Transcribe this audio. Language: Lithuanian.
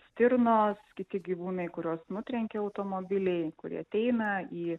stirnos kiti gyvūnai kuriuos nutrenkia automobiliai kurie ateina į